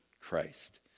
Christ